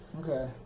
Okay